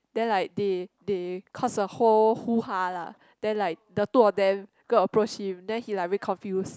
then like they they caused a whole hoo ha lah then like the two of them go and approach him then he like very confused